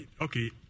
okay